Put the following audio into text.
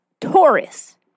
Taurus